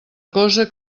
cosa